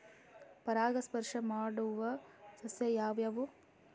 ಪರಾಗಸ್ಪರ್ಶ ಮಾಡಾವು ಸಸ್ಯ ಯಾವ್ಯಾವು?